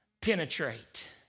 penetrate